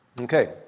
Okay